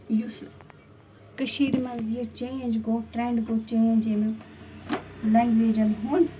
یُس کٔشیٖرِ منٛز یہِ چینٛج گوٚو ٹرٛٮ۪نٛڈ گوٚو چینٛج ییٚمیُک لنٛگویجن ہُنٛد